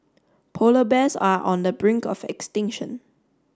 polar bears are on the brink of extinction